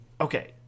okay